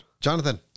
jonathan